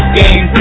game